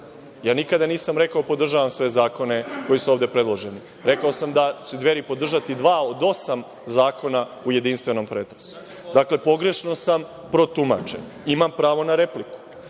ja nikada nisam rekao „podržavam sve zakone koji su ovde predloženi“, rekao sam da će Dveri podržati dva od osam zakona u jedinstvenom pretresu, dakle, pogrešno sam protumačen i imam pravo na replikuDruga